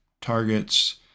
targets